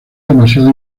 demasiado